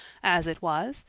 as it was,